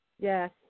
Yes